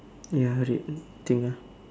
ya red thing ah